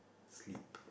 sleep